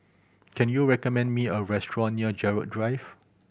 can you recommend me a restaurant near Gerald Drive